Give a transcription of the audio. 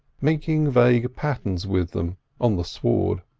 making vague patterns with them on the sward.